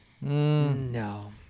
No